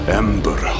ember